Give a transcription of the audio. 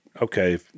okay